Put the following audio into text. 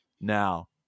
Now